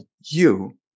you-